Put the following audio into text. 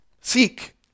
seek